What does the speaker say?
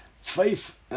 faith